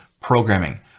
programming